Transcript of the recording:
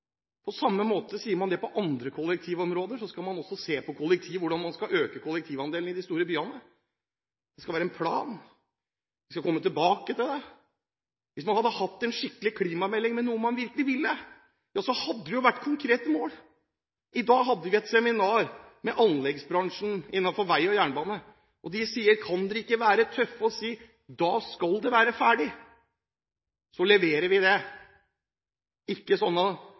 På samme måte sier man det når det gjelder andre kollektivområder, man skal se på hvordan man skal øke kollektivandelen i de store byene. Det skal være en plan, vi skal komme tilbake til det. Hvis man hadde hatt en skikkelig klimamelding med noe man virkelig ville, hadde det jo vært konkrete mål. I dag hadde vi et seminar med anleggsbransjen innenfor vei og jernbane. De sier: Kan dere ikke være tøffe og si at til da skal det være ferdig, så leverer vi det – ikke